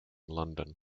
london